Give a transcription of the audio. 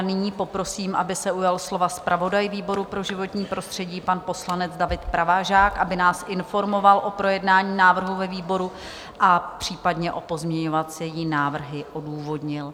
Nyní poprosím, aby se ujal slova zpravodaj výboru pro životní prostředí, pan poslanec David Pražák, aby nás informoval o projednání návrhu ve výboru, případně pozměňovací návrhy odůvodnil.